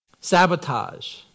Sabotage